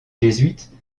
jésuites